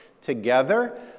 together